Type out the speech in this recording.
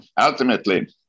ultimately